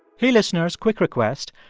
hey, listeners quick request.